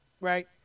right